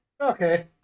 Okay